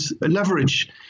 leverage